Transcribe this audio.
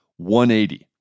180